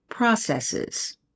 processes